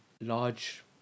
large